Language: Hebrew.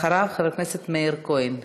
אחריו, חבר הכנסת מאיר כהן.